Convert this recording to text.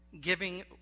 giving